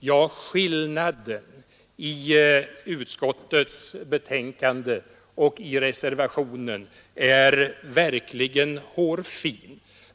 Ja, skillnaden mellan utskottets betänkande och reservationen är verkligen hårfin.